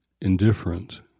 indifferent